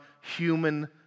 human